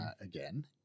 Again